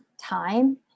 time